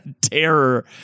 terror